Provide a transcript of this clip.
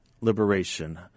liberation